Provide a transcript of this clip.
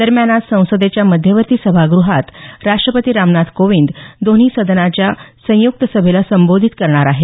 दरम्यान आज संसदेच्या मध्यवर्ती सभागृहात राष्टपती रामनाथ कोविंद दोन्ही सदनांच्या संयुक्त सभेला संबोधित करणार आहेत